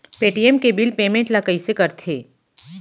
Paytm के bill payment ल कइसे करथे?